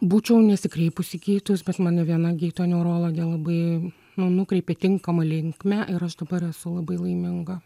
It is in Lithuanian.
būčiau nesikreipus į gydytojus bet mane viena gydytoja neurologė labai nu nukreipė tinkama linkme ir aš dabar esu labai laiminga